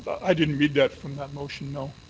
i didn't read that from that motion, mo.